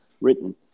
written